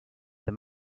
the